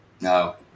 no